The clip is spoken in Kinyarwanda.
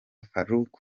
farouk